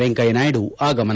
ವೆಂಕಯ್ಲನಾಯ್ಡು ಆಗಮನ